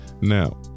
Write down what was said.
Now